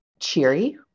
Cheery